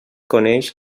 coneix